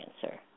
cancer